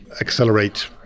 accelerate